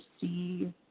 see